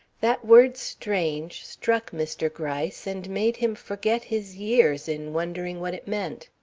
that word strange struck mr. gryce, and made him forget his years in wondering what it meant.